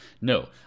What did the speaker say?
No